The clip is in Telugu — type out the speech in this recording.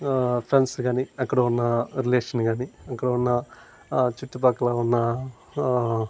ఫ్రెండ్స్ కానీ అక్కడ ఉన్న రిలేషన్ కానీ అక్కడ ఉన్న ఆ చుట్టుపక్కల ఉన్న